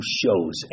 shows